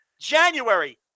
January